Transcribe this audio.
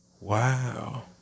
Wow